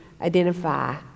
identify